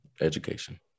Education